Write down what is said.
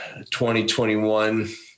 2021